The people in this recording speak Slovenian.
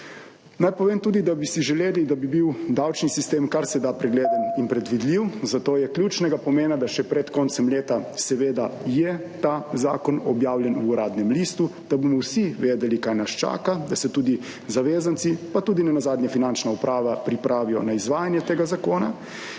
Naj povem tudi, da bi si želeli, da bi bil davčni sistem kar se da pregleden in predvidljiv, zato je ključnega pomena, da še pred koncem leta seveda je ta zakon objavljen v Uradnem listu, da bomo vsi vedeli kaj nas čaka, da se tudi zavezanci, pa tudi nenazadnje finančna uprava pripravijo na izvajanje tega zakona.